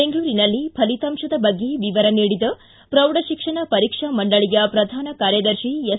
ಬೆಂಗಳೂರಿನಲ್ಲಿ ಫಲಿತಾಂಶದ ಬಗ್ಗೆ ವಿವರ ನೀಡಿದ ಪ್ರೌಢಶಿಕ್ಷಣ ಪರೀಕ್ಷಾ ಮಂಡಳಿಯ ಪ್ರಧಾನ ಕಾರ್ಯದರ್ಶಿ ಎಸ್